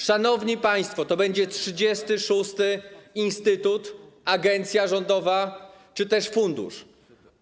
Szanowni państwo, to będzie 36. instytut, agencja rządowa, czy też fundusz.